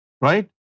right